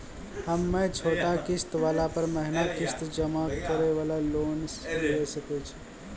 हम्मय छोटा किस्त वाला पर महीना किस्त जमा करे वाला लोन लिये सकय छियै?